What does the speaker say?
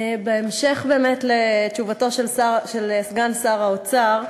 בהמשך באמת לתשובתו של סגן שר האוצר,